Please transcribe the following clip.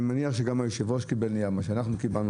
אני מניח שגם היושב ראש קיבל את הנייר שאנחנו קיבלנו,